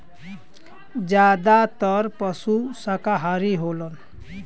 जादातर पसु साकाहारी होलन